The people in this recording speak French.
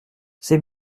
c’est